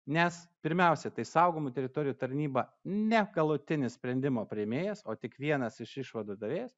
nes pirmiausia tai saugomų teritorijų tarnyba ne galutinis sprendimo priėmėjas o tik vienas iš išvadų dalies